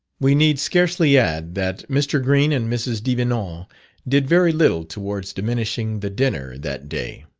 we need scarcely add, that mr. green and mrs. devenant did very little towards diminishing the dinner that day.